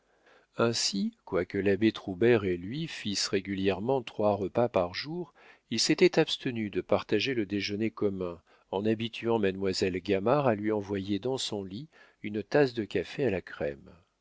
ainsi quoique l'abbé troubert et lui fissent régulièrement trois repas par jour il s'était abstenu de partager le déjeuner commun en habituant mademoiselle gamard à lui envoyer dans son lit une tasse de café à la crème